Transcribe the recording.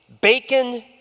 bacon